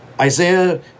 Isaiah